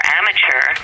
amateur